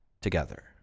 together